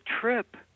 trip